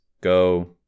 go